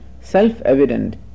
self-evident